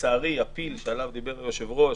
שלצערי הפיל שעליו דיבר היושב-ראש